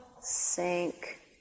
sink